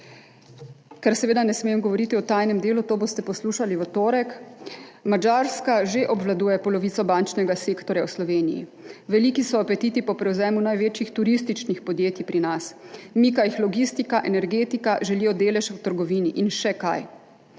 Ker seveda ne smem govoriti o tajnem delu, to boste poslušali v torek, Madžarska že obvladuje polovico bančnega sektorja v Sloveniji. Veliki so apetiti po prevzemu največjih turističnih podjetij pri nas, mika jih logistika, energetika, želijo delež v trgovini in še kaj.